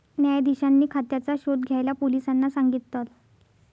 न्यायाधीशांनी खात्याचा शोध घ्यायला पोलिसांना सांगितल